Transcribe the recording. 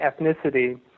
ethnicity